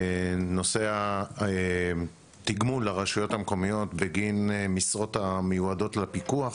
נושא התגמול לרשויות המקומיות בגין המשרות המיועדות לפיקוח